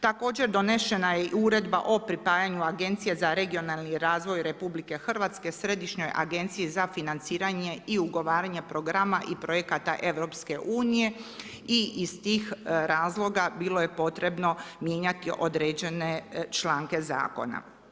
Također donešena je uredba o pripadanju Agencije za regionalni razvoj RH, središnjoj agenciji za financiranje i ugovaranje programa i projekata EU i iz tih razloga, bilo je potrebno mijenjati određene članke zakona.